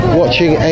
watching